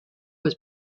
was